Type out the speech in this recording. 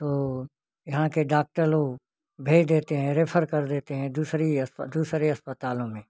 तो यहाँ के डाक्टर लो भेज देते हैं रेफर कर देते हैं दूसरी अस्प दूसरे अस्पतालो में